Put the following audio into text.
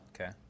Okay